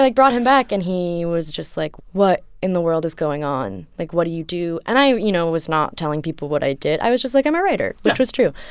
like brought him back, and he was just, like, what in the world is going on? like, what do you do? and i, you know, was not telling people what i did. i was just, like, i'm a writer. yeah. which was true.